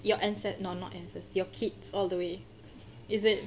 your ance~ no not ances~ your kids all the way is it